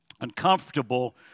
uncomfortable